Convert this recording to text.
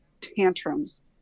tantrums